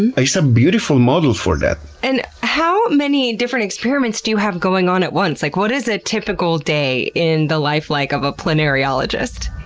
and a so beautiful model for that. and how many different experiments do you have going on at once? like what is a typical day in the life like of a planariologist?